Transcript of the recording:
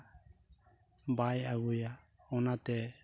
ᱵᱟᱭ ᱟ ᱜᱩᱭᱟ ᱚᱱᱟᱛᱮ